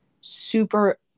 super